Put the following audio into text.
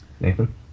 nathan